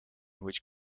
which